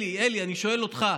אלי, אלי, אני שואל אותך,